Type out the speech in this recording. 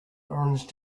orange